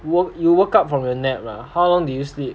woke you woke up from your nap lah how long did you sleep